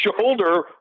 shoulder